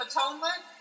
Atonement